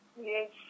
Yes